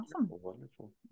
Wonderful